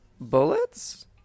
bullets